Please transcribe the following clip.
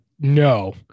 no